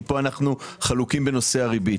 כי פה אנחנו חלוקים בנושא הריבית,